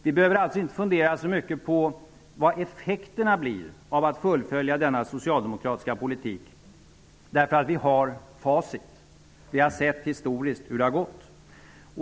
Vi behöver alltså inte fundera så mycket på vad effekterna blir om denna socialdemokratiska politik fullföljs, därför att vi har facit. Vi har sett historiskt hur det har gått.